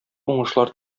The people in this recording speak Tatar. уңышлар